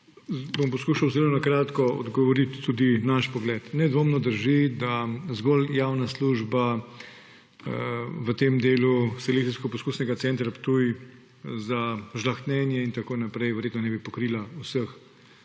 lepa. Poskušal bom zelo na kratko odgovoriti, podati tudi naš pogled. Nedvomno drži, da zgolj javna služba v delu Selekcijsko-poskusnega centra Ptuj za žlahtnjenje in tako naprej verjetno ne bi pokrila vseh